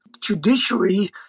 judiciary